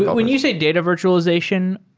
when you say data virtualization,